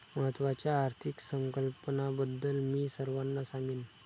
महत्त्वाच्या आर्थिक संकल्पनांबद्दल मी सर्वांना सांगेन